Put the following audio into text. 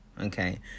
okay